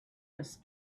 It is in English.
his